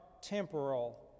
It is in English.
temporal